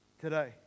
today